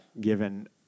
given